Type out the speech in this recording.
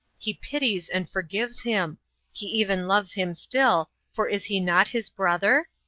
he pities and forgives him he even loves him still, for is he not his brother?